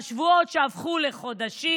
והשבועות הפכו לחודשים,